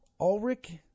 Ulrich